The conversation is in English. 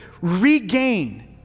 regain